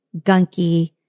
gunky